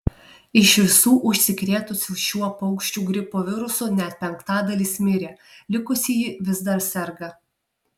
iš visų užsikrėtusių šiuo paukščių gripo virusu net penktadalis mirė likusieji vis dar serga